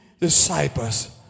disciples